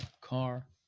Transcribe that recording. car